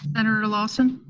senator lawson?